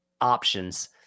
options